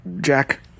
Jack